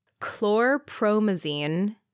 chlorpromazine